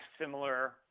similar